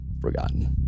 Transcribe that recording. forgotten